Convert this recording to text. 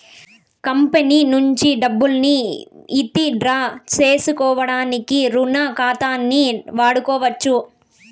company నుంచి డబ్బుల్ని withdraw సేసుకోడానికి రుణ ఖాతాని వాడుకోవచ్చు